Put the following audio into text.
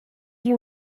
you